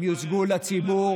הם יוצגו לציבור,